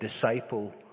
disciple